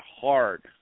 hard